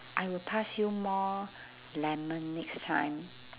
I will pass you more lemon next time